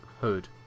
hood